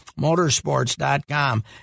Motorsports.com